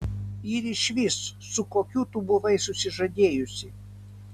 ir išvis su kokiu tu buvai susižadėjusi